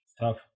tough